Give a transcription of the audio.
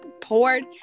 poured